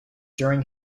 during